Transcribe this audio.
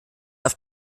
auf